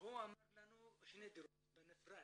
הוא אמר לנו שתי דירות בנפרד.